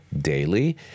daily